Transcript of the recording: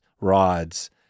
rods